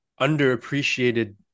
underappreciated